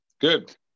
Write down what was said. Good